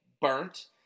burnt